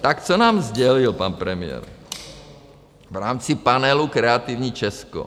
Tak co nám sdělil pan premiér v rámci panelu Kreativní Česko?